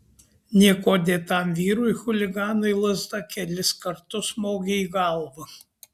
niekuo dėtam vyrui chuliganai lazda kelis kartus smogė į galvą